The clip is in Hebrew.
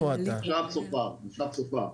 מושב צופה.